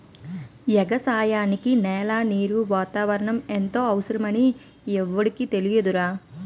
ఎగసాయానికి నేల, నీరు, వాతావరణం ఎంతో అవసరమని ఎవుడికి తెలియదురా